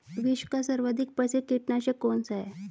विश्व का सर्वाधिक प्रसिद्ध कीटनाशक कौन सा है?